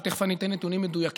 תכף אני אתן נתונים מדויקים,